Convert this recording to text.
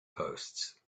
posts